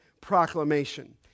proclamation